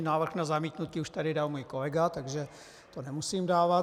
Návrh na zamítnutí už tady dal můj kolega, takže ho nemusím dávat.